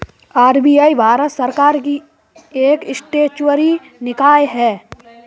RBI Bharat सरकार की एक स्टेचुअरी निकाय है